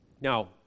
Now